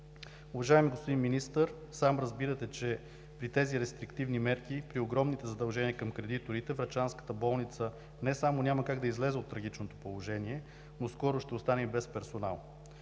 Уважаеми господин Министър, сам разбирате, че при тези рестриктивни мерки, при огромните задължения към кредиторите врачанската болница не само няма как да излезе от трагичното положение, но скоро ще остане и без персонал.